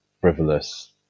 frivolous